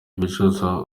ukwicuza